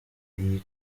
iyi